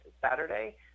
Saturday